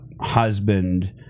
husband